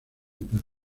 pero